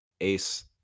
Ace